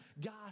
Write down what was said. God